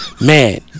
Man